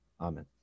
Amen